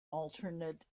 alternate